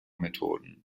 methoden